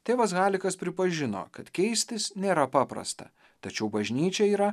tėvas halikas pripažino kad keistis nėra paprasta tačiau bažnyčia yra